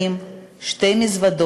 אם מוסיפים גם את